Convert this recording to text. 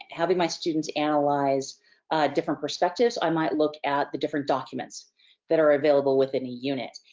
having my students analyze different perspectives i might look at the different documents that are available within a unit.